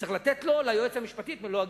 צריך לתת ליועץ המשפטי את מלוא הגיבוי.